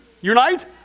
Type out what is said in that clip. unite